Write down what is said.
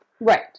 Right